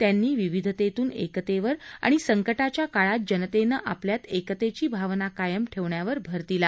त्यांनी विविधतेतून एकतेवर आणि सकंटाच्या काळात जनतेनं आपल्यात एकतेची भावना कायम ठेवण्यावर भर दिला